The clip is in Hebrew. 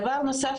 דבר נוסף,